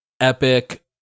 epic